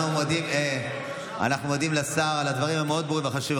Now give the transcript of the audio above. אנחנו מודים לשר על הדברים המאוד-ברורים וחשובים.